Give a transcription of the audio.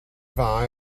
dda